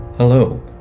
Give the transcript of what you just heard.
Hello